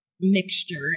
mixture